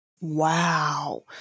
Wow